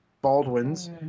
Baldwins